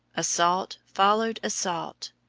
assault followed assault.